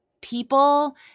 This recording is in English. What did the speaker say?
people